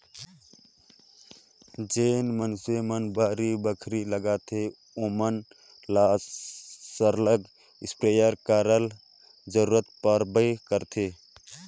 जेन मइनसे मन बाड़ी बखरी लगाथें ओमन ल सरलग इस्पेयर कर जरूरत परबे करथे